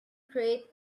created